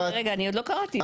רגע, רגע, עוד לא קראתי.